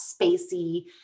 spacey